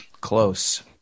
close